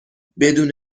بدون